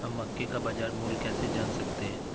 हम मक्के का बाजार मूल्य कैसे जान सकते हैं?